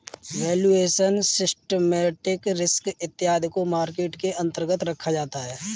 valuation, systematic risk इत्यादि को market के अंतर्गत रखा जाता है